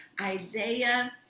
Isaiah